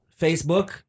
Facebook